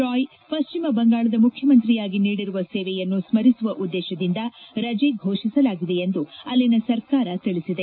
ರಾಯ್ ಪಶ್ಚಿಮ ಬಂಗಾಳದ ಮುಖ್ಯಮಂತ್ರಿಯಾಗಿ ನೀಡಿರುವ ಸೇವೆಯನ್ನು ಸ್ನರಿಸುವ ಉದ್ದೇಶದಿಂದ ರಜೆ ಘೋಷಿಸಲಾಗಿದೆ ಎಂದು ಅಲ್ಲಿನ ಸರ್ಕಾರ ತಿಳಿಸಿದೆ